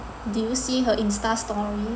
did you see her Insta story